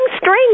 string